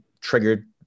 triggered